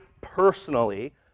personally